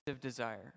desire